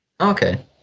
Okay